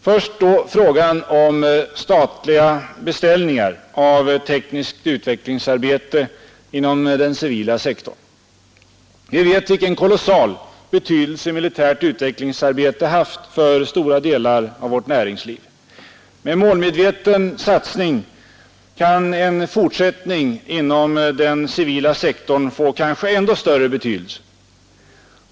Först då frågan om statliga beställningar av tekniskt utvecklingsarbete inom den civila sektorn. Vi vet vilken kolossal betydelse militärt utvecklingsarbete haft för stora delar av vårt näringsliv. Med målmedveten satsning kan en fortsättning inom den civila sektorn få kanske ändå större betydelse.